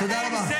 תודה רבה.